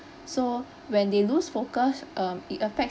so when they lose focus um it affects